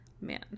Man